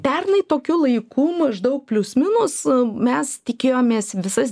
pernai tokiu laiku maždaug plius minus mes tikėjomės visas